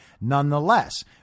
Nonetheless